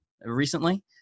recently